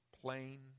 plain